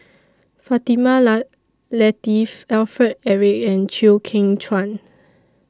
Fatimah La Lateef Alfred Eric and Chew Kheng Chuan